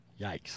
Yikes